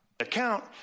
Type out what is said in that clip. account